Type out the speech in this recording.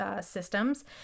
Systems